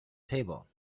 table